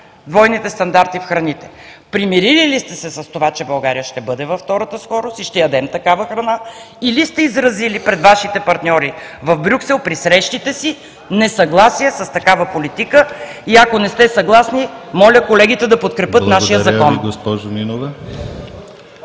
двойните стандарти в храните? Примирили ли сте с това, че България ще бъде във втората скорост и ще ядем такава храна, или сте изразили пред Вашите партньори в Брюксел, при срещите си, несъгласие с такава политика, и ако не сте съгласни, моля, колегите да подкрепят нашия закон? ПРЕДСЕДАТЕЛ ДИМИТЪР